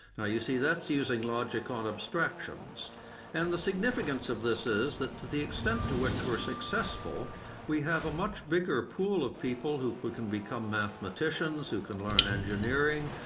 now you see that's using logic on abstractions and the significance of this is to the extent to which we're successful we have a much bigger pool of people who but can become mathematicians, who can learn engineering,